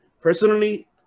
personally